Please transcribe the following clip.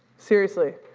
seriously,